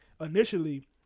initially